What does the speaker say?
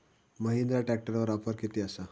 महिंद्रा ट्रॅकटरवर ऑफर किती आसा?